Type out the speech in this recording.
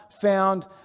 found